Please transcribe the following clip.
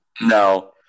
No